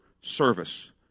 service